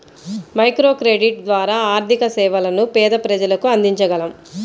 microcredit ద్వారా ఆర్థిక సేవలను పేద ప్రజలకు అందించగలం